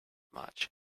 much